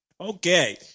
Okay